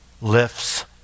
lifts